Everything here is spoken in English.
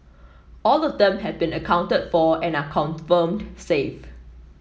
all of them have been accounted for and are confirmed safe